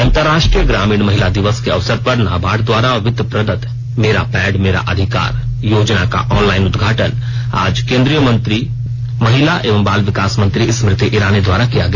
अंतर्राष्ट्रीय ग्रामीण महिला दिवस के अवसर पर नाबार्ड द्वारा वित्त प्रदत्त मेरा पैड मेरा अधिकार योजना का ऑनलाइन उदघाटन आज केंद्रीय महिला एवं बाल विकास मंत्री स्मृति ईरानी द्वारा किया गया